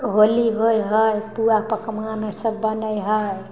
होली होइ हइ पुआ पकवान सब बनै हइ